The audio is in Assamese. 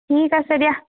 ঠিক আছে দিয়া